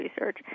research